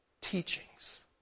teachings